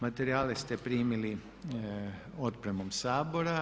Materijale ste primili opremom Sabora.